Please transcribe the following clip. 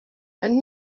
and